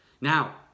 Now